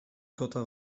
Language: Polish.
kota